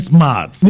Smart